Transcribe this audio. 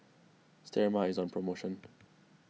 Sterimar is on promotion